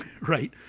right